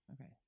okay